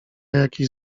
jakiś